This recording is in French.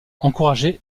encourager